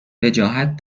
وجاهت